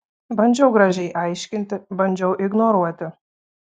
bandžiau gražiai aiškinti bandžiau ignoruoti